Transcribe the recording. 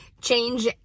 change